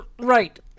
Right